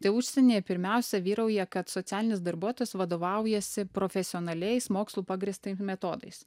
tai užsienyje pirmiausia vyrauja kad socialinis darbuotojas vadovaujasi profesionaliais mokslu pagrįstais metodais